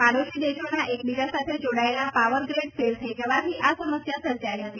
પાડોશી દેશોના એકબીજા સાથે જોડાયેલા પાવર ગ્રેડ ફેલ થઈ જવાની આ સમસ્યા સર્જાઈ હતી